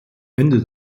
ende